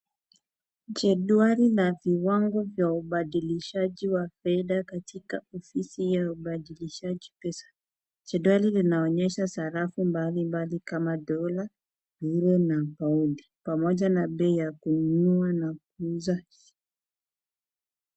Jedwali na viwango vya ubadilishaji wa fedha katika ofisi ya ubadilishaji pesa. Jedwali linaonyesha sarafu mbali mbali kama dola, euro na paundi pamoja na bei ya kununua na kuuza.